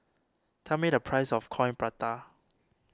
tell me the price of Coin Prata